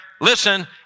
Listen